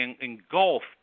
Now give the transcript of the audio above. engulfed